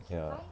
ya